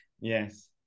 Yes